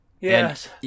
Yes